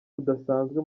budasanzwe